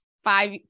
five